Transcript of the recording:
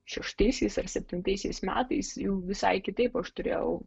šeštaisiais ir septintaisiais metais jau visai kitaip aš turėjau